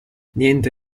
niente